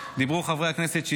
ודיברו כאן חברי הכנסת דלל,